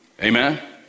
Amen